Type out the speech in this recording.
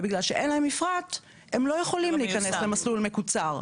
ובגלל שאין להם מפרט הם לא יכולים להיכנס למסלול מקוצר.